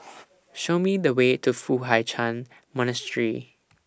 Show Me The Way to Foo Hai Ch'An Monastery